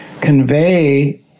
convey